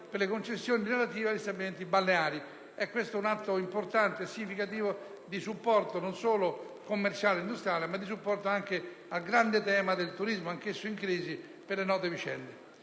per le concessioni relative agli stabilimenti balneari. Si tratta di un atto importante e significativo di supporto non solo al settore commerciale e industriale ma anche a quello rilevante del turismo, anch'esso in crisi per le note vicende.